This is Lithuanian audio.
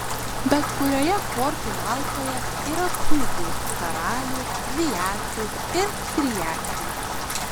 bet kurioje kortų malkoje yra tūzų karalių dviakių ir triakių